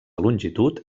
longitud